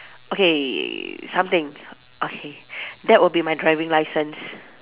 okay something okay that will be my driving licence